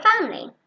Family